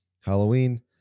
Halloween